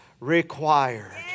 required